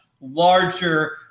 larger